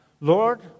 Lord